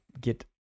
get